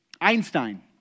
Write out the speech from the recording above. Einstein